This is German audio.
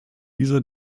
dieser